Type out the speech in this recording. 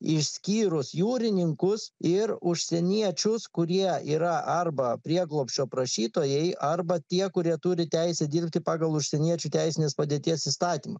išskyrus jūrininkus ir užsieniečius kurie yra arba prieglobsčio prašytojai arba tie kurie turi teisę dirbti pagal užsieniečių teisinės padėties įstatymą